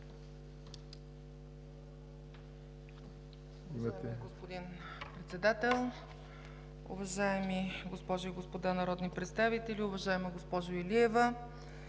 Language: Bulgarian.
Благодаря